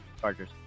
Chargers